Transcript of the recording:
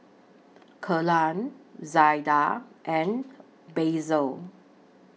Kellan Zaida and Basil